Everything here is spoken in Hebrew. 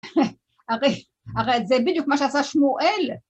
הרי...הרי, זה בידיוק מה שעשה שמואל